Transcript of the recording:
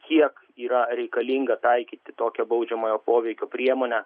kiek yra reikalinga taikyti tokią baudžiamojo poveikio priemonę